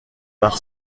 par